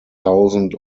thousand